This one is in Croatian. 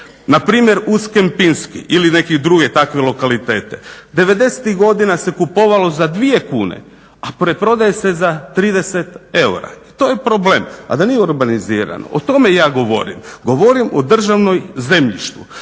npr. uz Kempinski ili neke druge takve lokalitete '90-ih godina se kupovalo za 2 kune, a preprodaje se za 30 eura. To je problem. A da nije urbanizirano, o tome ja govorim. Govorim o državnom zemljištu.